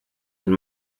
and